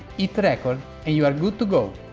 hit record and you're good to go.